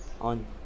on